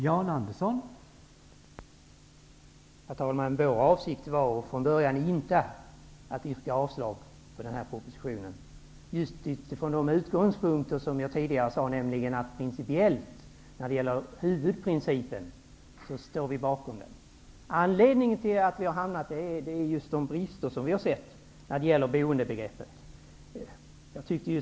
Herr talman! Vår avsikt var från början inte, utifrån de utgångspunkter jag tidigare nämnde, att yrka avslag på propositionen. Vi står bakom huvudprincipen. Anledningen till att vi har hamnat på denna ståndpunkt är de brister som vi sett när det gäller boendebegreppet.